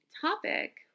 topic